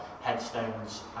headstones